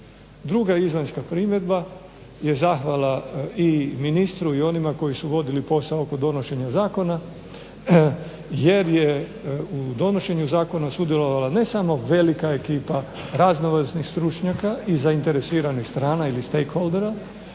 Druga izvanjska primjedba je zahvala i ministru i onima koji su vodili posao kod donošenja zakona. Jer je u donošenju zakona sudjelovala ne samo velika ekipa raznovrsnih stručnjaka i zainteresiranih strana ili stay holdera